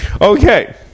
okay